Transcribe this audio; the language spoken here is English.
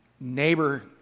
neighbor